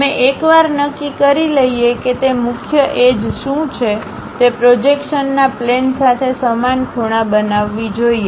અમે એકવાર નક્કી કરી લઈએ કે તે મુખ્ય એજ શું છે તે પ્રોજેક્શનના પ્લેન સાથે સમાન ખૂણા બનાવવી જોઈએ